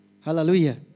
Hallelujah